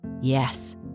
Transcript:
Yes